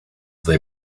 they